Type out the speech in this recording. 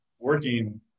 working